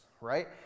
Right